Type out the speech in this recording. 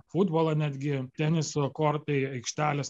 futbolo netgi teniso kortai aikštelės